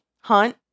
hunt